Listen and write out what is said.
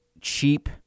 cheap